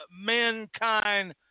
mankind